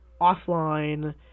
offline